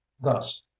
thus